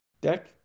deck